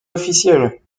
officielles